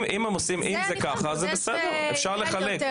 אם זה ככה אז זה בסדר, אפשר לחלק.